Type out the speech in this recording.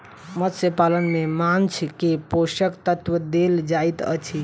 मत्स्य पालन में माँछ के पोषक तत्व देल जाइत अछि